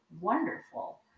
wonderful